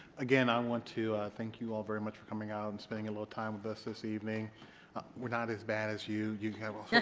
again i want to thank you all very much for coming out and spending a little time with us this evening we're not as bad as you can you yeah